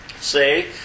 say